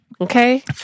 Okay